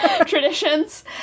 traditions